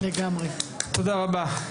תודה רבה.